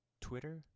Twitter